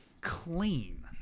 clean